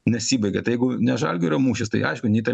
nesibaigia tai jeigu ne žalgirio mūšis tai aišku nei ta